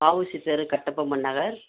வாஉசி தெரு கட்டபொம்மன் நகர்